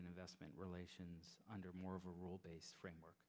and investment relations under more of a role based framework